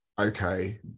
okay